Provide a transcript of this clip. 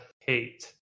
hate